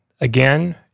again